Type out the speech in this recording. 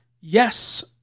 yes